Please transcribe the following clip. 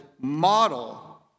model